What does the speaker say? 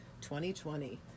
2020